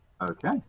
Okay